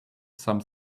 some